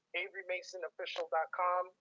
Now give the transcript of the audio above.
averymasonofficial.com